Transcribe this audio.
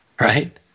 Right